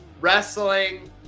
wrestling